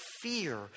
fear